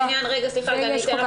מסכה.